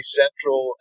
central